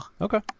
Okay